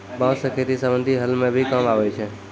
बांस सें खेती संबंधी हल म भी काम आवै छै